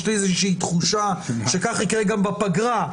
יש לי איזושהי תחושה שכך יקרה גם בפגרה,